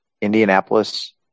Indianapolis